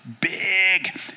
big